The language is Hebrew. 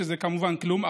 שזה כמובן כלום,